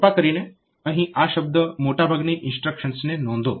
કૃપા કરીને અહીં આ શબ્દ "મોટા ભાગની ઇન્સ્ટ્રક્શન્સ" ને નોંધો